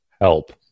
help